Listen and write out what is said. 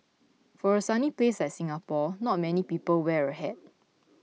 for a sunny place like Singapore not many people wear a hat